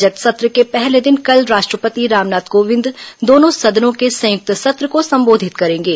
budget सत्र के पहले दिन कल राष्ट्रपति रामनाथ कोविंद दोनों सदनों के संयुक्त सत्र को संबोधित करेंगे